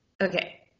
Okay